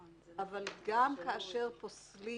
אבל גם כאשר פוסלים